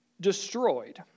destroyed